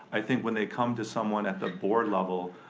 i think when they come to someone at the board level,